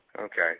Okay